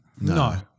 No